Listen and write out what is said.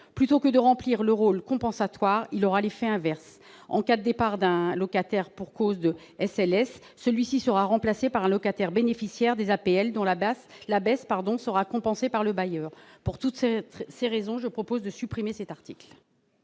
Plutôt que de remplir le rôle compensatoire, il aura l'effet inverse. En cas de départ d'un locataire pour cause de supplément de loyer de solidarité, il sera remplacé par un locataire bénéficiaire des APL dont la baisse sera compensée par bailleur. Pour toutes ces raisons, j'invite le Sénat à supprimer l'article.